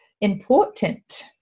important